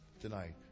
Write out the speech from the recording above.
tonight